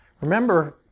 Remember